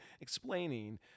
explaining